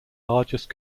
largest